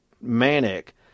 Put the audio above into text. manic